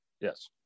Yes